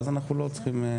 ואז אנחנו לא צריכים.